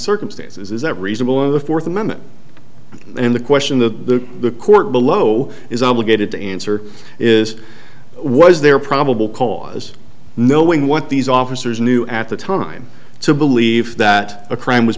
circumstances is that reasonable of the fourth amendment and the question the court below is obligated to answer is was there probable cause knowing what these officers knew at the time to believe that a crime was